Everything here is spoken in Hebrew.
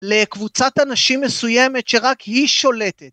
לקבוצת אנשים מסוימת שרק היא שולטת